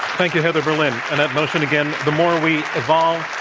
thank you, heather berlin. and that motion again the more we evolve,